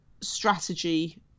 strategy